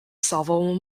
solvable